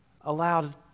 allowed